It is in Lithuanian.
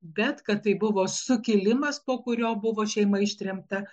bet kad tai buvo sukilimas po kurio buvo šeima ištremta